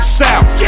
south